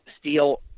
steel